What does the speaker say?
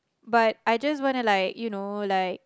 but I just wanna like you know like